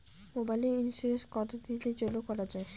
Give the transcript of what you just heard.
মোবাইলের ইন্সুরেন্স কতো দিনের জন্যে করা য়ায়?